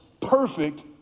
perfect